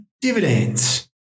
dividends